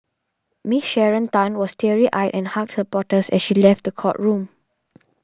Miss Sharon Tan was teary eyed and hugged supporters as she left the courtroom